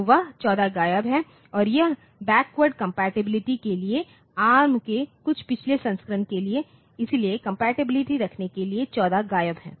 तो वह 14 गायब है और यह बैकवर्ड कम्पेटिबिलिटी के लिए है एआरएम के कुछ पिछले संस्करण के साथ इसलिए कम्पेटिबिलिटी रखने के लिए 14 गायब है